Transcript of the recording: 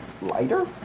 lighter